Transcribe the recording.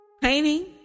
painting